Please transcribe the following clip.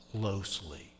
closely